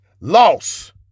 loss